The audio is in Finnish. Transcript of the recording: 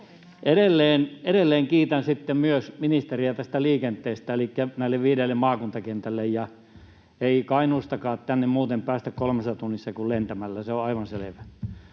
edelleen kiitän ministeriä myös tästä liikenteestä näille viidelle maakuntakentälle. Ei Kainuustakaan tänne muuten päästä kolmessa tunnissa kuin lentämällä, se on aivan selvä.